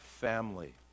family